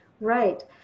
right